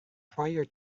prior